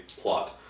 plot